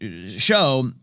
show